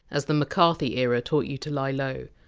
as the mccarthy era taught you to lie low.